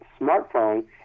smartphone